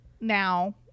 now